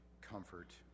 comfort